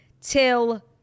till